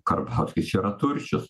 karbauskis čia yra turčius